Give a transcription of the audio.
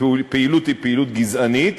הפעילות היא פעילות גזענית,